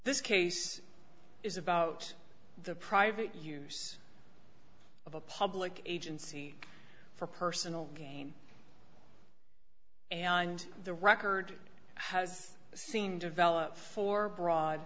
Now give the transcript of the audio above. this case is about the private use of a public agency for personal gain and the record has seen develop for broad